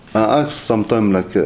ah sometimes, like, ah